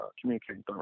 communicating